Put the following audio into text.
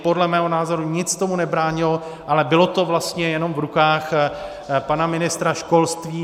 Podle mého názoru nic tomu nebránilo, ale bylo to vlastně jenom v rukách pana ministra školství.